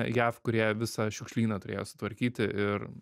jav kurie visą šiukšlyną turėjo sutvarkyti ir